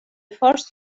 فارس